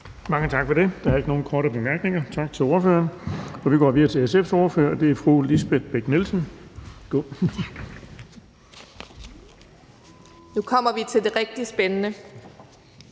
Mange tak for det. Der er ikke nogen korte bemærkninger. Tak til ordføreren. Vi går videre til SF's ordfører, og det er fru Lisbeth Bech-Nielsen. Værsgo. Kl. 18:57 (Ordfører)